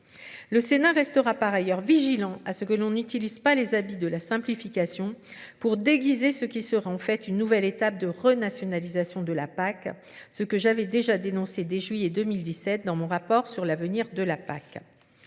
Le Sénat restera par ailleurs vigilant à ce que l'on utilise pas les habits de la simplification pour déguiser ce qui sera en fait une nouvelle étape de renationalisation de la PAC, ce que j'avais déjà dénoncé dès juillet 2017 dans mon rapport sur l'avenir de la PAC.